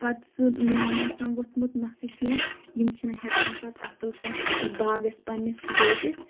پَتہٕ سُہ لون آسان ووٚتھمُت نَکھٕ کینٛہہ یِم چھِ نہٕ ہیٚکان پَتہٕ اَصٕل پٲٹھۍ اَتھ باغَس پنٛنِس وٲتِتھ